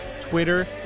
Twitter